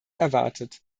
erwartet